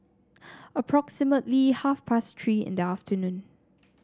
approximately half past Three in the afternoon